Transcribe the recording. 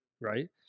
right